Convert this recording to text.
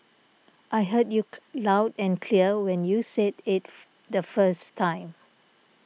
I heard you cloud and clear when you said it the first time